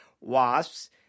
Wasps